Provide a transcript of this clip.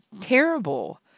terrible